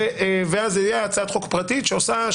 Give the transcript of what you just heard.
ואז זה יהיה הצעת חוק פרטית שעושה,